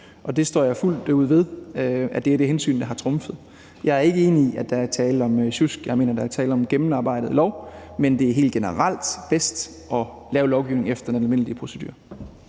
Og jeg står fuldt ud ved, at det er det hensyn, der har trumfet. Jeg er ikke enig i, at der er tale om sjusk; jeg mener, der er tale om et gennemarbejdet lovforslag, men det er helt generelt bedst at lave lovgivning efter den almindelige procedure.